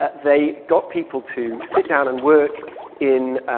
ah they got people to sit down and work in